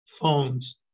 phones